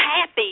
happy